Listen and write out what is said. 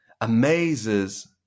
amazes